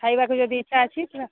ଖାଇବାକୁ ଯଦି ଇଚ୍ଛା ଅଛି କିମ୍ବା